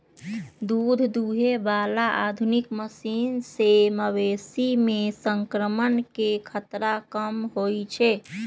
दूध दुहे बला आधुनिक मशीन से मवेशी में संक्रमण के खतरा कम होई छै